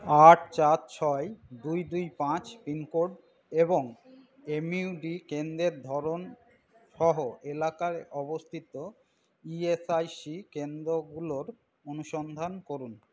আট চার ছয় দুই দুই পাঁচ পিন কোড এবং এমইউডি কেন্দ্রের ধরণ সহ এলাকায় অবস্থিত ইএসআইসি কেন্দ্রগুলোর অনুসন্ধান করুন